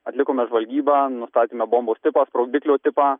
atlikome žvalgybą nustatėme bombos tipą sprogdiklio tipą